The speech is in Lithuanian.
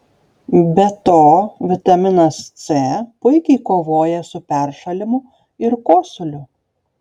be to vitaminas c puikiai kovoja su peršalimu ir kosuliu